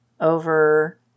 over